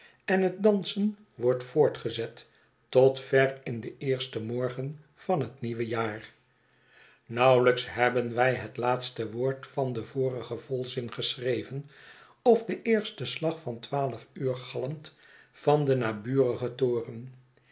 en het dansen wordt voortgezet tot ver in den eersten morgen van het nieuwe jaar nauwelijks hebben wij het laatste woord van den vorigen volzin geschreven of de eerste slag van twaalf uur galmt van den naburigen toren